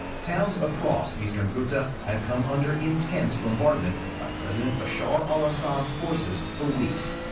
towns across eastern ghouta have come under intense bombardment by president bashar al-assad's forces for weeks.